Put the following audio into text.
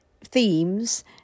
themes